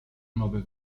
nove